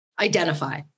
identify